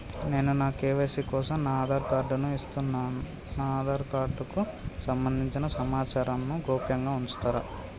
నేను నా కే.వై.సీ కోసం నా ఆధార్ కార్డు ను ఇస్తున్నా నా ఆధార్ కార్డుకు సంబంధించిన సమాచారంను గోప్యంగా ఉంచుతరా?